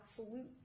absolute